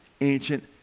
ancient